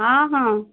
ହଁ ହଁ